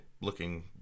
looking